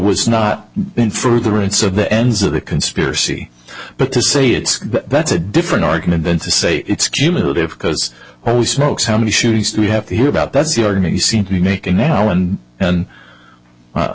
was not been for the rights of the ends of the conspiracy but to say it but that's a different argument than to say it's cumulative cuz holy smokes how many shooters do we have to hear about that's the argument you seem to be making now and and